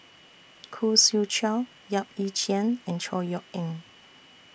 Khoo Swee Chiow Yap Ee Chian and Chor Yeok Eng